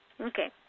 Okay